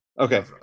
Okay